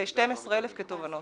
ו-12,000 כתובענות.